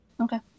Okay